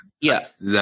Yes